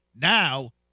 Now